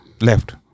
Left